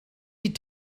die